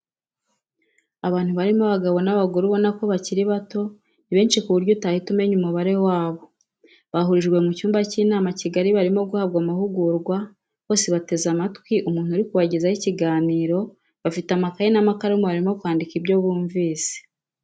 Abantu barimo abagabo n'abagore ubona ko bakiri bato, ni benshi ku buryo utahita umenya umubare wabo, bahurijwe mu cyumba cy'inama kigari barimo guhabwa amahugurwa, bose bateze amatwi umuntu uri kubagezaho ikiganiro bafite amakaye n'amakaramu barimo kwandika ibyo bumvise.